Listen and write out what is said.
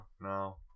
No